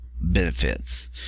benefits